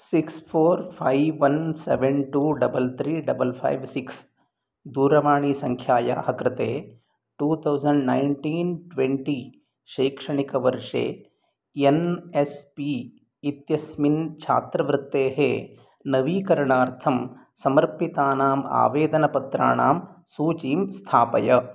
six four five one seven two double three double five six दूरवाणीसङ्ख्यायाः कृते two thousand nineteen twenty शैक्षणिकवर्षे N S P इत्यस्मिन् छात्रवृत्तेः नवीकरणार्थं समर्पितानाम् आवेदनपत्राणां सूचीं स्थापय